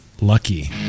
Lucky